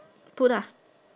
put ah